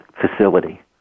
facility